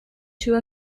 two